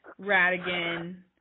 Radigan